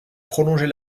prolonger